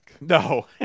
No